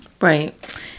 Right